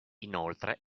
inoltre